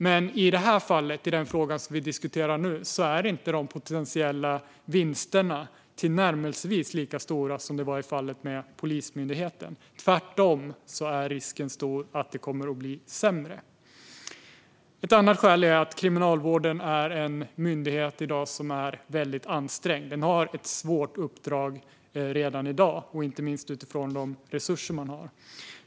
Men när det gäller den fråga som vi diskuterar nu är de potentiella vinsterna inte tillnärmelsevis lika stora som i fallet med Polismyndigheten. Tvärtom är risken stor att det kommer att bli sämre. Ett annat skäl är att Kriminalvården är en väldigt ansträngd myndighet med ett svårt uppdrag redan i dag, inte minst utifrån de resurser man har.